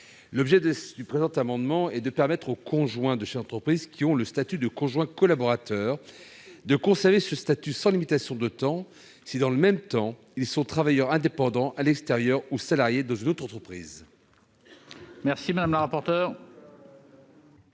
Le présent amendement vise, dans ce cadre, à permettre aux conjoints de chefs d'entreprise ayant le statut de conjoint collaborateur de conserver ce statut sans limitation de durée si, dans le même temps, ils sont travailleurs indépendants à l'extérieur ou salariés dans une autre entreprise.